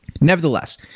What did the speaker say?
nevertheless